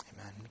Amen